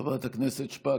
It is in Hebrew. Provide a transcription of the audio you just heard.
חברת הכנסת שפק,